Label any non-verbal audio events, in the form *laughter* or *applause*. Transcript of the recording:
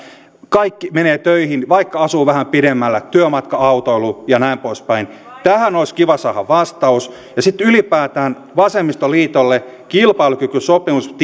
kaikki menevät töihin vaikka asuisi vähän pidemmällä työmatka autoiluun ja näin poispäin tähän olisi kiva saada vastaus sitten ylipäätään vasemmistoliitolle kilpailukykysopimuksesta *unintelligible*